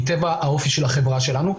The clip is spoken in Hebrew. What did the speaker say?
מטבע האופי של החברה שלנו,